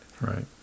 Right